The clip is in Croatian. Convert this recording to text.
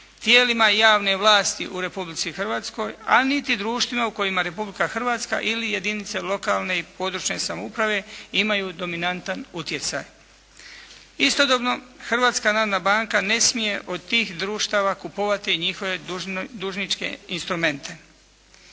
tijelima javne vlasti u Republici Hrvatskoj, a niti društvima u kojima Republika Hrvatska ili jedinice lokalne i područne samouprave imaju dominantan utjecaj. Istodobno Hrvatska narodna banka ne smije od tih društava kupovati njihove dužničke instrumente.